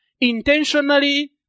Intentionally